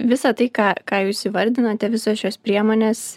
visa tai ką ką jūs įvardinate visos šios priemonės